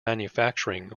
manufacturing